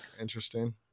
interesting